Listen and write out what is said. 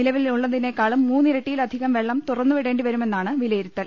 നിലവിലുള്ളതിനേക്കാളും മുന്നിരട്ടിയിലധികം വെള്ളം തുറന്നു വിടേണ്ടി വരുമെന്നാണ് വിലയിരുത്തൽ